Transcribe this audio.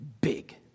big